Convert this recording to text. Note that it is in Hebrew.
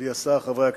אדוני השר, חברי הכנסת,